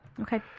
Okay